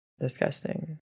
Disgusting